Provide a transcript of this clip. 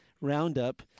Roundup